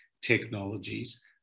technologies